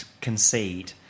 concede